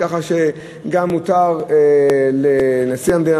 כך שמותר גם לנשיא המדינה,